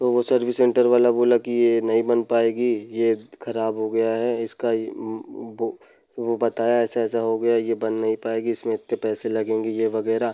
तो service centre वाला बोला कि यह नहीं बन पाएगी यह ख़राब हो गया है इसका वह वह बताया ऐसा ऐसा हो गया यह बन नहीं पाएगी इसमें इतने पैसे लगेंगे यह वग़ैरह